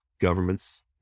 governments